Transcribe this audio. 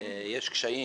יש קשיים.